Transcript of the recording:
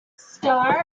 star